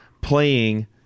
playing